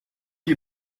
qui